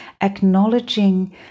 acknowledging